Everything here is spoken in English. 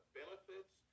benefits